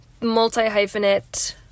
multi-hyphenate